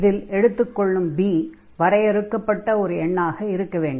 இதில் எடுத்துக் கொள்ளும் b வரையறுக்கப்பட்ட ஓர் எண்ணாக இருக்க வேண்டும்